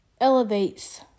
elevates